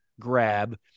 Grab